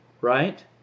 right